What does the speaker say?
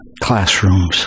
classrooms